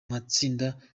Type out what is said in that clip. matsinda